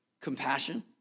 Compassion